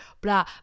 blah